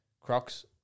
Crocs